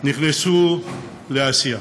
נכנסו לעשייה.